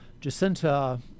Jacinta